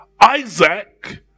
Isaac